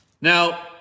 Now